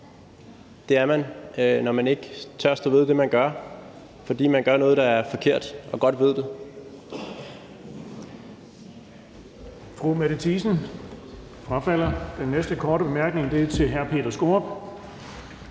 Det er man, når man ikke tør stå ved det, man gør, fordi man gør noget, der er forkert, og godt ved det.